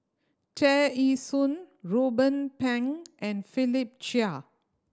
Tear Ee Soon Ruben Pang and Philip Chia